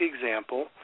example